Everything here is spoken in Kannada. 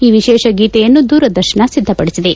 ಈ ವಿಶೇಷ ಗೀತೆಯನ್ನು ದೂರದರ್ತನ ಸಿದ್ಧಪಡಿಸಿದೆ